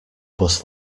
bus